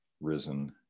risen